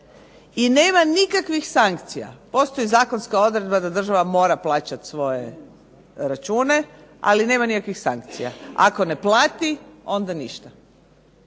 i nema nikakvih sankcija. Postoji zakonska odredba da država mora plaćati svoje račune, ali nema nikakvih sankcija. Ako ne plati onda ništa.